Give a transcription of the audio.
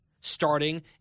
starting